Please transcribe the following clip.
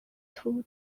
two